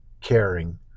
caring